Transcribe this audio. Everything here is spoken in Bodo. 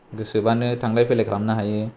गोसोब्लानो थांलाय फैलाय खालामनो हायो